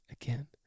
again